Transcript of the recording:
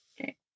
Okay